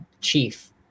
chief